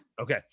Okay